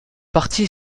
partie